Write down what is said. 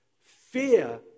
Fear